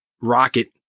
rocket